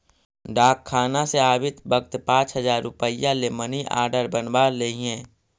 डाकखाना से आवित वक्त पाँच हजार रुपया ले मनी आर्डर बनवा लइहें